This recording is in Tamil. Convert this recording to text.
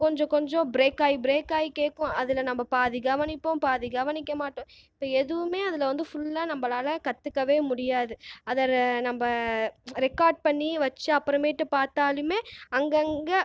கொஞ்சம் கொஞ்சம் பிரேக் ஆகி பிரேக் ஆகி கேட்கும் அதில் நம்ம பாதி கவனிப்பும் பாதி கவனிக்க மாட்டோம் இப்போ எதுவுமே அதில் வந்து ஃபுல்லா நம்மலால கத்துக்கவே முடியாது அதில் நம்ம ரெக்கார்ட் பண்ணி வச்சு அப்புறமேட்டு பார்த்தாலுமே அங்கேங்க